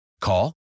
Call